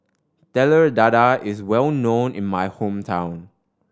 Telur Dadah is well known in my hometown